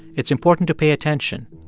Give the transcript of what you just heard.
it's important to pay attention,